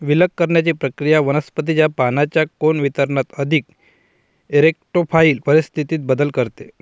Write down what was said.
विलग करण्याची प्रक्रिया वनस्पतीच्या पानांच्या कोन वितरणात अधिक इरेक्टोफाइल परिस्थितीत बदल करते